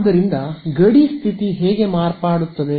ಆದ್ದರಿಂದ ಗಡಿ ಸ್ಥಿತಿ ಹೇಗೆ ಮಾರ್ಪಡುತ್ತದೆ